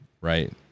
right